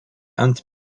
ant